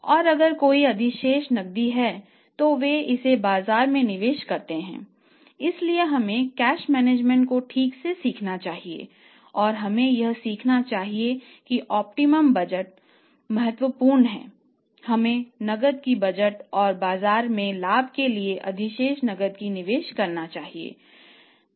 और अगर कोई अधिशेष नकदी है तो वे इसे बाजार में निवेश करते हैं